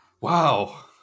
wow